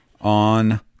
on